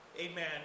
Amen